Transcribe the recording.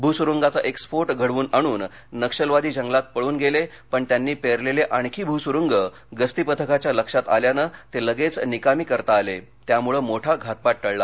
भूसूरूंगांचा एक स्फोट घडवून आणून नक्षलवादी जंगलात पळून गेले पण त्यांनी पेरलेले आणखी भूसुरूंग गस्ती पथकाच्या लक्षात आल्यानं ते लगेच निकामी करता आले त्यामुळे मोठा घातपात टळला